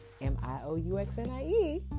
m-i-o-u-x-n-i-e